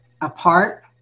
apart